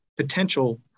potential